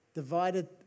Divided